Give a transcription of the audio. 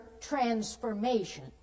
transformation